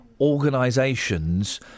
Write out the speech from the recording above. organisations